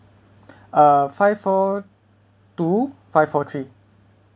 uh five four two five four three